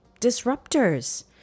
Disruptors